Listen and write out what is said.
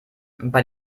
bei